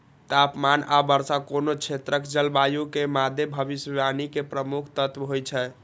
तापमान आ वर्षा कोनो क्षेत्रक जलवायु के मादे भविष्यवाणी के प्रमुख तत्व होइ छै